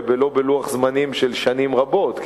ולא בלוח זמנים של שנים רבות.